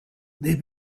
they